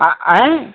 अ ऐं